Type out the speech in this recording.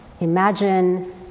imagine